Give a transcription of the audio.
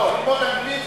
אין על זה ויכוח.